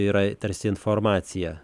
yra tarsi informacija